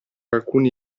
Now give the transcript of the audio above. alcuni